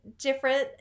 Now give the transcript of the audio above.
different